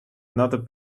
another